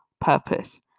purpose